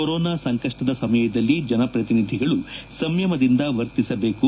corona ಸಂಕಷ್ಟದ ಸಮಯದಲ್ಲಿ ಜನಪ್ರತಿನಿಧಿಗಳು ಸಂಯಮದಿಂದ ವರ್ತಿಸಬೇಕು